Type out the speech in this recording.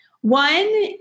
one